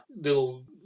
little